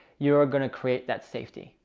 you are going to create that safety.